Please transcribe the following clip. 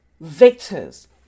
victors